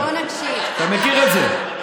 אתה מכיר את זה.